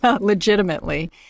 legitimately